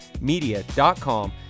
media.com